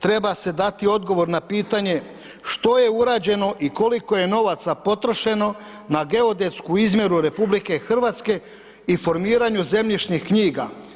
Treba se dati odgovor na pitanje što je urađeno i koliko je novaca potrošeno na geodetsku izmjeru RH i formiranju zemljišnih knjiga.